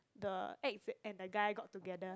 the ex and the guy got together